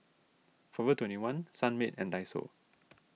forever twenty one Sunmaid and Daiso